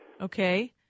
Okay